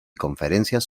conferencias